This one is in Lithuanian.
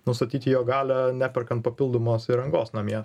nustatyti jo galią neperkant papildomos įrangos namie